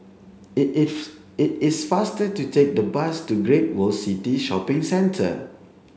it is it is faster to take the bus to Great World City Shopping Centre